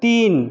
তিন